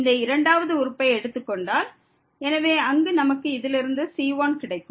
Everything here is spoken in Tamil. இந்த இரண்டாவது உறுப்பை எடுத்து கொண்டால் அங்கு நமக்கு இதிலிருந்து c1 கிடைக்கும்